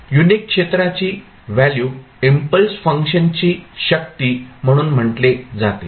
unit क्षेत्राची value impulse फंक्शनची शक्ती म्हणून म्हटले जाते